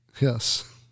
Yes